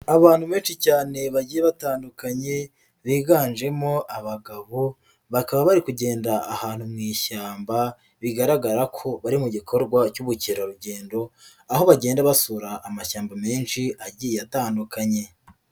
Abantu benshi cyane bagiye batandukanye biganjemo abagabo, bakaba bari kugenda ahantu mu ishyamba, bigaragara ko bari mu gikorwa cy'ubukerarugendo, aho bagenda basura amashyamba menshi agiye atandukanye.